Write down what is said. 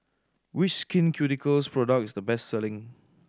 which Skin Ceuticals product is the best selling